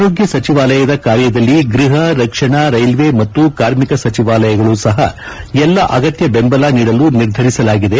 ಆರೋಗ್ನ ಸಚಿವಾಲಯದ ಕಾರ್ಯದಲ್ಲಿ ಗೃಹ ರಕ್ಷಣಾ ರೈಲ್ವೆ ಮತ್ತು ಕಾರ್ಮಿಕ ಸಚಿವಾಲಯಗಳು ಸಹ ಎಲ್ಲ ಅಗತ್ನ ಬೆಂಬಲ ನೀಡಲು ನಿರ್ಧರಿಸಲಾಗಿದೆ